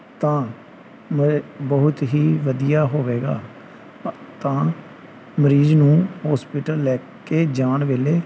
ਤਾਂ ਮੈਂ ਬਹੁਤ ਹੀ ਵਧੀਆ ਹੋਵੇਗਾ ਤਾਂ ਮਰੀਜ਼ ਨੂੰ ਹੋਸਪਿਟਲ ਲੈ ਕੇ ਜਾਣ ਵੇਲੇ